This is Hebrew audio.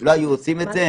לא היו עושים את זה?